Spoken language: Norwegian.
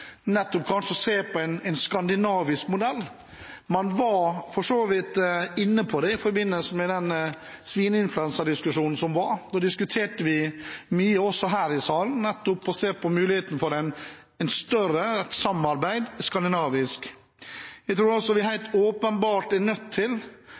en skandinavisk modell. Man var for så vidt inne på det i forbindelse med den svineinfluensadiskusjonen som var. Da diskuterte vi mye også her i salen, nettopp basert på muligheten for et større skandinavisk samarbeid. Jeg tror også vi